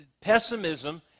pessimism